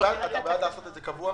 בעד לעשות את זה קבוע?